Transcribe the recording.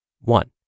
One